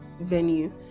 venue